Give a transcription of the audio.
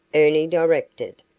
ernie directed.